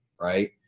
right